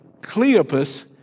Cleopas